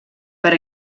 per